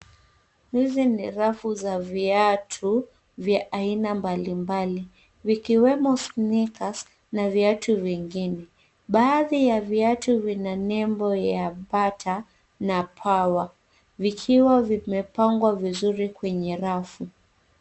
Hizi ni rafu za viatu vya aina mbalimbali vikiwemo cs[sneakers]cs na viatu vingine. Baadhi ya viatu vina nembo ya cs[Bata]cs na cs[Power]cs vikiwa vimepangwa vizuri kwenye rafu.